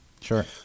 Sure